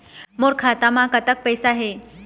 मोर खाता म कतक पैसा हे?